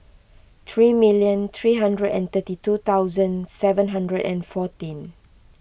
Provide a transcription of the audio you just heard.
three million three hundred and thirty two thousand seven hundred and fourteen